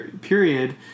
period